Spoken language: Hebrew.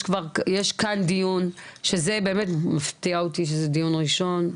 יש כאן דיון שזה באמת מפתיע אותי שזה דיון ראשון.